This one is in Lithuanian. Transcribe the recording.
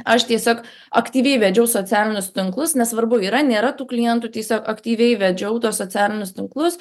aš tiesiog aktyviai vedžiau socialinius tinklus nesvarbu yra nėra tų klientų tiesiog aktyviai vedžiau tuos socialinius tinklus